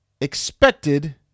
expected